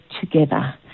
together